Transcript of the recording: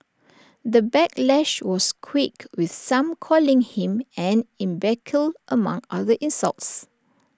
the backlash was quick with some calling him an imbecile among other insults